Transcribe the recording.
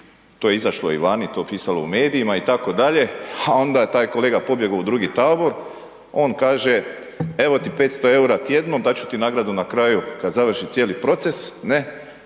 to je izašlo i vani, to je pisalo u medijima itd., a onda je taj kolega pobjego u drugi tabor. On kaže evo 500 eura tjedno dat ću ti nagradu na kraju kada završi cijeli proces, ne,